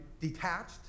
detached